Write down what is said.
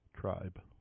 tribe